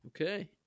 Okay